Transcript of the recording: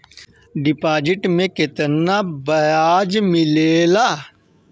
Deposit मे केतना बयाज मिलेला?